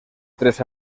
tres